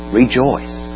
rejoice